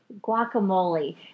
Guacamole